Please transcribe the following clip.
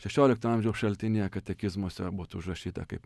šešiolikto amžiaus šaltinyje katekizmuose būtų užrašyta kaip